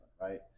right